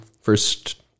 first